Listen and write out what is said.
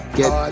get